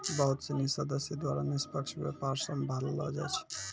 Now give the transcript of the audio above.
बहुत सिनी सदस्य द्वारा निष्पक्ष व्यापार सम्भाललो जाय छै